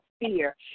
fear